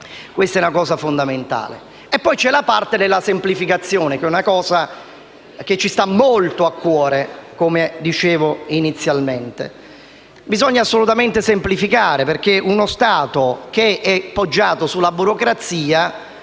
Questo è un punto fondamentale. Poi c’è la parte relativa alla semplificazione, che ci sta molto a cuore, come dicevo inizialmente. Bisogna assolutamente semplificare, perché uno Stato poggiato sulla burocrazia